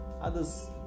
others